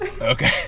Okay